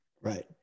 Right